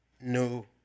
no